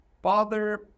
Father